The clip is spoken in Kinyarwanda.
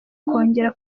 kongera